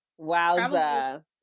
Wowza